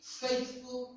faithful